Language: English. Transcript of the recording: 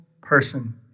person